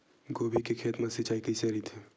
गोभी के खेत मा सिंचाई कइसे रहिथे?